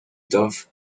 dough